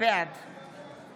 בעד